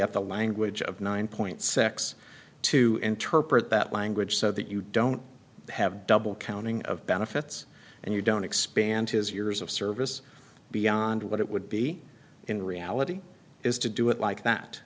at the language of nine point six to interpret that language so that you don't have double counting of benefits and you don't expand his years of service beyond what it would be in reality is to do it like